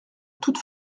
toutes